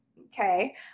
okay